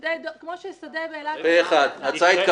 פה אחד.